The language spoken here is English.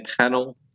panel